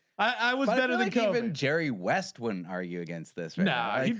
i was better than cohen jerry west went. are you against this now.